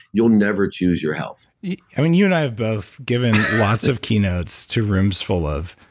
you'll never choose your health you and you and i have both given lots of key notes to rooms full of,